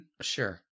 Sure